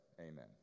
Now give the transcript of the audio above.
amen